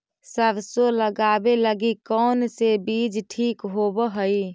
सरसों लगावे लगी कौन से बीज ठीक होव हई?